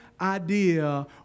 idea